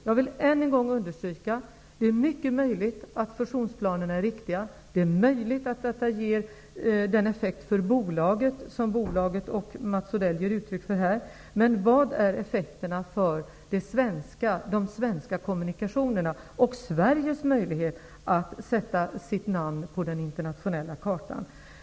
Jag vill ännu en gång understryka att det är mycket möjligt att fusionsplanerna är riktiga och att det är möjligt att de ger den effekt för bolaget som bolaget och Mats Odell ger uttryck för, men var kan man få en uppfattning om effekterna för de svenska kommunikationerna och för Sveriges möjlighet att sätta sitt namn på den internationella kartan?